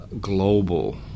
global